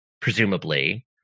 presumably